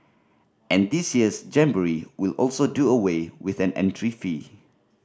and this year's jamboree will also do away with an entry fee